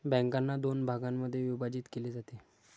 बँकांना दोन भागांमध्ये विभाजित केले जाते